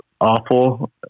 awful